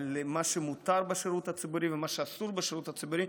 על מה שמותר בשירות הציבורי ומה שאסור בשירות הציבורי.